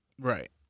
Right